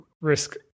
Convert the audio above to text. risk